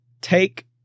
take